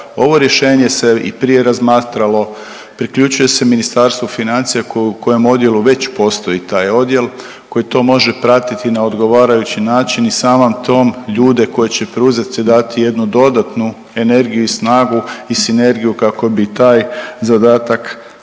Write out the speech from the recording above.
Ovo rješenje se i prije razmatralo. Priključuje se Ministarstvo financija u kojem odjelu već postoji taj odjel koji to može pratiti na odgovarajući način i samim tim ljude koje će preuzeti dati jednu dodatnu energiju i snagu i sinergiju kako bi taj zadatak